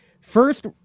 first